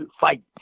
fight